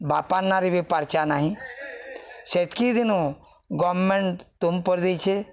ବାପାର୍ ନାଁରେ ବି ପାର୍ଚା ନାହିଁ ସେତ୍କି ଦିନ ଗମେଣ୍ଟ ତୁମ୍ କର ଦେଇଛେ